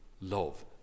love